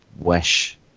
Wish